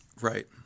Right